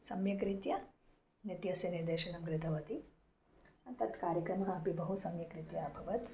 सम्यक्रीत्या नृत्यस्य निर्देशनं कृतवती तत् कार्यक्रमः अपि बहु सम्यक् रीत्या अभवत्